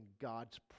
God's